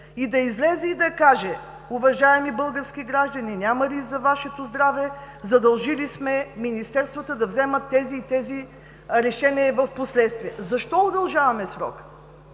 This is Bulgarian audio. да излезе и да каже: „Уважаеми български граждани, няма риск за Вашето здраве. Задължили сме министерствата да вземат тези и тези решения впоследствие“. Защо удължаваме срока?